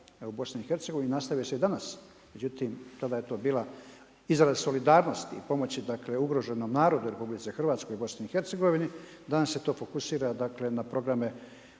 nastavio se i danas. Međutim, tada je to bila izraz solidarnosti i pomoći dakle ugroženom narodu u Republici Hrvatskoj i Bosni i Hercegovini. Danas se to fokusira dakle na programe